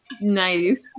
nice